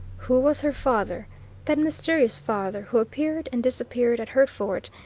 who was her father that mysterious father who appeared and disappeared at hertford,